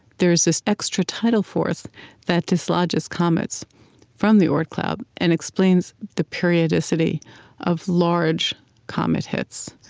there's this extra tidal force that dislodges comets from the oort cloud and explains the periodicity of large comet hits.